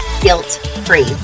guilt-free